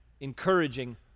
encouraging